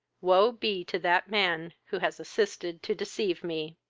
woe be to that man who has assisted to deceive me!